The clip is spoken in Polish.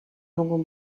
mogą